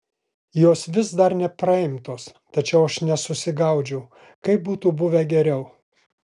jos vis dar buvo nepraimtos tačiau aš nesusigaudžiau kaip būtų buvę geriau